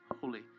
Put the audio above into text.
holy